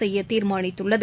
செய்யதீர்மானித்துள்ளது